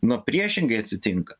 na priešingai atsitinka